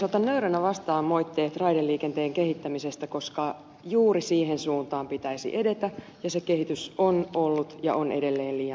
otan nöyränä vastaan moitteet raideliikenteen kehittämisestä koska juuri siihen suuntaan pitäisi edetä ja se kehitys on ollut ja on edelleen liian hidasta